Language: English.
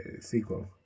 sequel